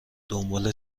دنبال